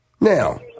Now